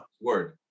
word